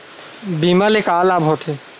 बीमा ले का लाभ होथे?